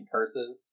Curses